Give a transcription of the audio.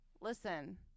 Listen